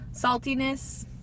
Saltiness